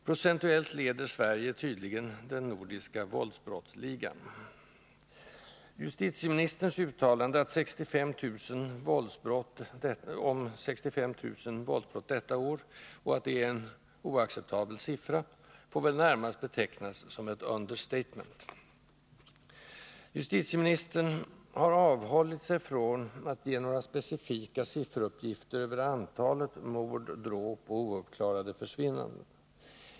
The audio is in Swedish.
Procentuellt leder Sverige tydligen den nordiska våldsbrottsligan. Justitieministerns uttalande att 65 000 våldsbrott detta år är en oacceptabel siffra får väl närmast betecknas som ett understatement. Justitieministern har avhållit sig från att ge några specifika sifferuppgifter över antalet mord, dråp och ouppklarade försvinnanden.